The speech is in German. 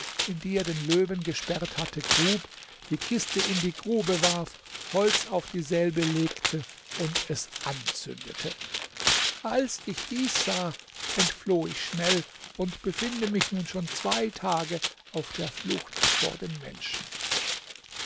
in die er den löwen gesperrt hatte grub die kiste in die grube warf holz auf dieselbe legte und es anzündete als ich dies sah entfloh ich schnell und befinde mich nun schon zwei tage auf der flucht vor den menschen